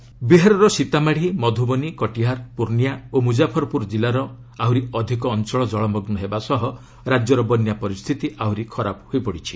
floods ବିହାରର ସୀତାମାଢ଼ି ମଧୁବନୀ କଟିହାର ପୂର୍ଣ୍ଣିଆ ଓ ମୁଜାଫର୍ପୁର ଜିଲ୍ଲାର ଆହୁରି ଅଧିକ ଅଞ୍ଚଳ ଜଳମଗ୍ନ ହେବା ସହ ରାଜ୍ୟର ବନ୍ୟା ପରିସ୍ଥିତି ଆହୁରି ଖରାପ ହୋଇପଡ଼ିଛି